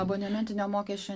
abonementinio mokesčio